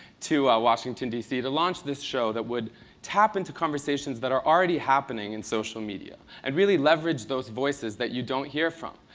to washington, d c, to launch this show that would tap into conversations that are already happening in social media and really leverage those voices that you don't hear from,